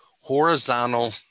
horizontal